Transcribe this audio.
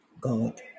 God